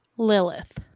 Lilith